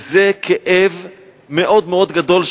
וזה כאב מאוד מאוד גדול,